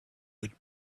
would